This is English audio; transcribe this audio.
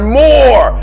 more